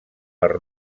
per